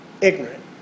ignorant